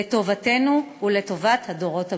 לטובתנו ולטובת הדורות הבאים.